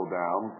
down